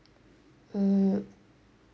mm